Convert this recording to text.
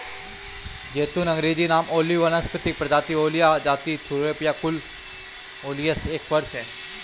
ज़ैतून अँग्रेजी नाम ओलिव वानस्पतिक प्रजाति ओलिया जाति थूरोपिया कुल ओलियेसी एक वृक्ष है